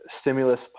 stimulus